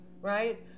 right